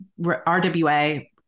RWA